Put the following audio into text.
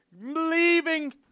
leaving